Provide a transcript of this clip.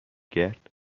کرد